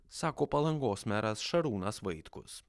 sako palangos meras šarūnas vaitkus